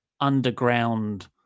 underground